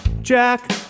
Jack